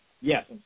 Yes